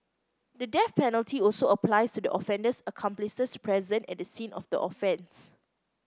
the death penalty also applies to the offender's accomplices present at the scene of the offence